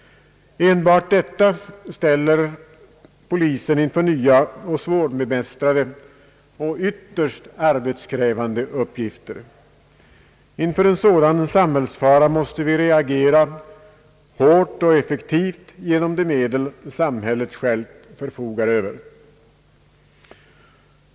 Enbart detta ställer polisen inför nya, svårbemästrade och ytterst arbetskrävande arbetsuppgifter. Inför en sådan samhällsfara måste vi reagera kraftigt och effektivt använda de medel samhället självt förfogar över.